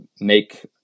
make